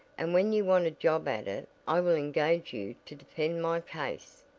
and when you want a job at it i will engage you to defend my case.